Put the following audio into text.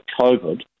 COVID